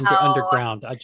underground